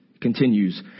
Continues